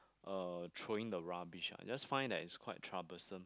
uh throwing the rubbish ah just find that it's quite troublesome